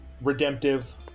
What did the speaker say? redemptive